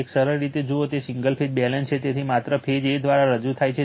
એક સરળ રીતે જુઓ કે તે સિંગલ ફેઝ બેલન્સ છે તેથી માત્ર ફેઝ a દ્વારા રજૂ થાય છે